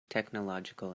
technological